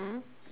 mmhmm